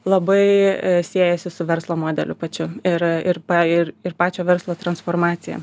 labai siejasi su verslo modeliu pačiu ir ir ir ir pačio verslo transformacija